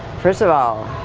first of all,